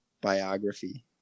biography